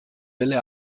delle